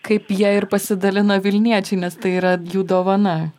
kaip jie ir pasidalino vilniečiai nes tai yra jų dovana